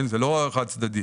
זה לא חד צדדי.